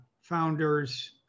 founders